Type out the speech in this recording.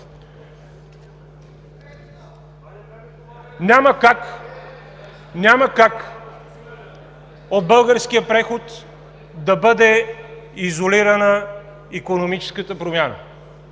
Няма как от българския преход да бъде изолирана икономическата промяна.